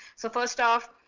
so first off,